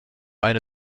eine